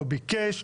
לא ביקש,